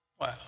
Wow